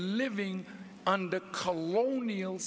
living under colonial